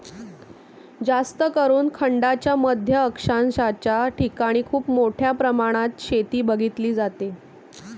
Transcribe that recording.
जास्तकरून खंडांच्या मध्य अक्षांशाच्या ठिकाणी खूप मोठ्या प्रमाणात शेती बघितली जाते